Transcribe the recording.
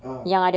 ah